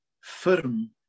firm